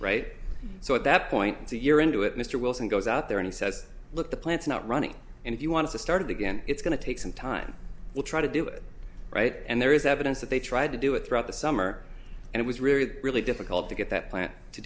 right so at that point a year into it mr wilson goes out there and he says look the plants not running and if you want to start again it's going to take some time we'll try to do it right and there is evidence that they tried to do it throughout the summer and it was really really difficult to get that plant to